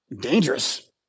Dangerous